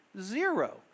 zero